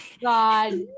God